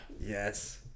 Yes